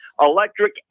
Electric